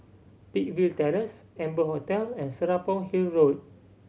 Peakville Terrace Amber Hotel and Serapong Hill Road